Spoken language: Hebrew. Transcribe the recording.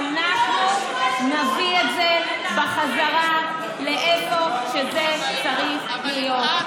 ואנחנו נביא את זה בחזרה לאיפה שזה צריך להיות.